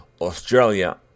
Australia